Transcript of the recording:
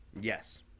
Yes